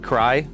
Cry